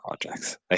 projects